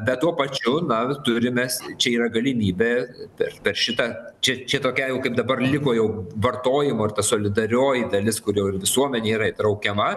bet tuo pačiu na turime čia yra galimybė per per šitą čia čia tokia jau kaip dabar liko jau vartojimo ir ta solidarioji dalis kurio ir visuomenė yra įtraukiama